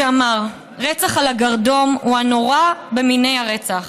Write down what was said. שאמר: רצח על הגרדום הוא הנורא במיני הרצח,